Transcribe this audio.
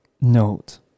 note